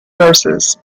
verses